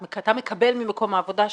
אתה מקבל ממקום העבודה שלך,